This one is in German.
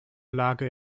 lage